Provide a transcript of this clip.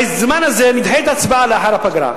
בזמן הזה נדחה את ההצבעה לאחר הפגרה.